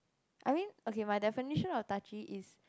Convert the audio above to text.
I mean okay my definition of touchy is